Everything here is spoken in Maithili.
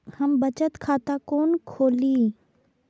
हम बचत खाता कोन खोली?